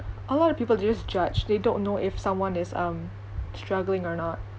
a lot of people they just judge they don't know if someone is um struggling or not